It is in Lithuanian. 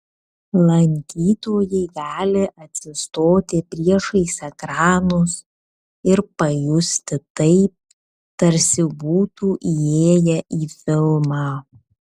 lankytojai gali atsistoti priešais ekranus ir pasijusti taip tarsi būtų įėję į filmą